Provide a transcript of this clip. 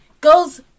goes